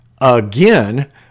again